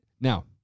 Now